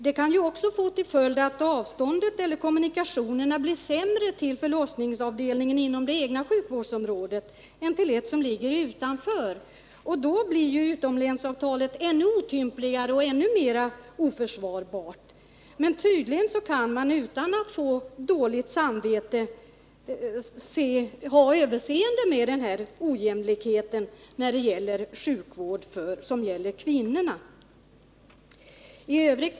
Det kan också få till följd att kommunikationerna till förlossningsavdelningen inom det egna sjukvårdsområdet blir sämre än kommunikationerna till en avdelning som ligger utanför. Då blir utomlänsavtalet ännu otympligare och ännu mer oförsvarbart. Men tydligen kan man utan att få dåligt samvete ha överseende med denna ojämlikhet i fråga om sjukvård för kvinnor.